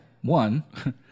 one